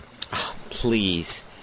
please